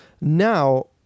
now